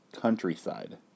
countryside